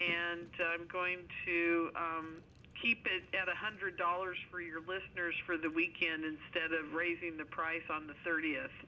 and i'm going to keep one hundred dollars for your listeners for the weekend instead of raising the price on the thirtieth